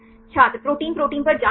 छात्र protein protein पर जाँच करें